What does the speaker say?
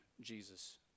Jesus